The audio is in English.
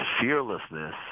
fearlessness